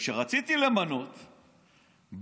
כשרציתי למנות,